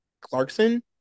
Clarkson